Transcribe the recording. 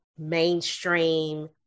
mainstream